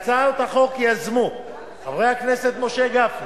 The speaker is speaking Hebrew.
יציג את הצעת החוק יושב-ראש ועדת העבודה,